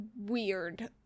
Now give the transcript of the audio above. weird